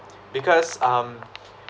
because um